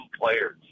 players